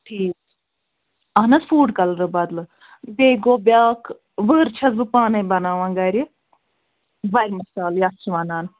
ٹھیٖک اَہَن حظ فُڈ کلرٕ بدلہٕ بیٚیہِ گوٚو بیٛاکھ ؤر چھَس بہٕ پانَے بناوان گَرِ وَرِ مصال یَتھ چھِ وَنان